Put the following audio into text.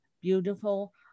beautiful